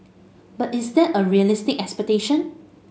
but is that a realistic expectation